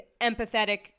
empathetic